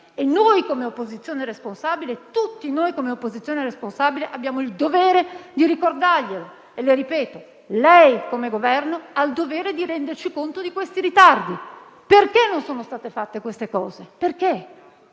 in questi sette mesi e tutti noi, come opposizione responsabile, abbiamo il dovere di ricordarglielo. Ripeto, lei, come Governo, ha il dovere di renderci conto di questi ritardi. Perché non sono state fatte queste cose? Perché?